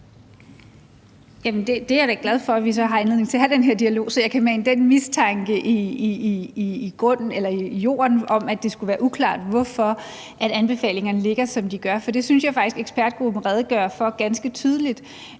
Jeg er da glad for, at vi har anledning til at have den her dialog, så jeg kan mane den mistanke om, at det skulle være uklart, hvorfor anbefalingerne er, som de er, i jorden, for det synes jeg faktisk ekspertgruppen redegør ganske tydeligt